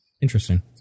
Interesting